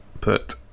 put